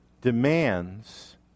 demands